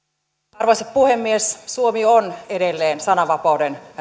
arvoisa puhemies suomi on edelleen sananvapauden